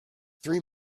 three